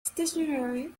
stationery